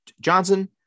Johnson